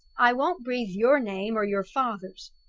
i won't breathe your name or your father's.